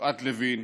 יפעת לוין,